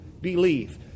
believe